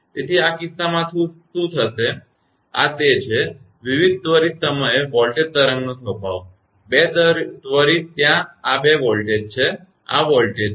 તેથી આ કિસ્સામાં શું થશે કે આ તે છે વિવિધ ત્વરિત સમયે વોલ્ટેજ તરંગનો સ્વભાવ બે ત્વરિત ત્યાં આ વોલ્ટેજ છે આ વોલ્ટેજ છે